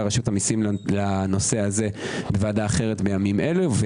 רשות המיסים לנושא הזה בוועדה אחרת בימים אלו.